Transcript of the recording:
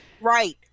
Right